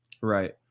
Right